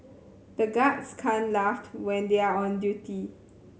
the guards can't laugh when they are on duty